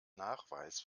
nachweis